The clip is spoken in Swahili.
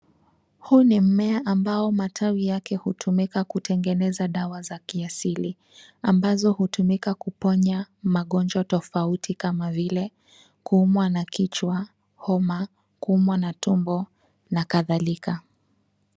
Huu ni mmea ambao matawi yake hutumika kutengeneza dawa za kiasili, ambazo hutumika kuponya magonjwa tofauti kama vile kuumwa na kichwa, homa, kuumwa na tumbo na kadhalika.